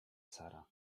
sara